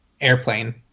airplane